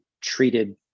treated